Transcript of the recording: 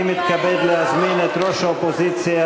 אני מתכבד להזמין את ראש האופוזיציה